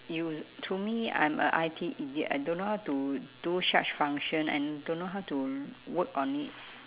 us~ to me I'm a I_T idiot I don't know how to do such function and don't know how to work on it